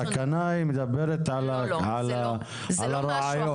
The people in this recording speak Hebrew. התקנה מדברת על הרעיון.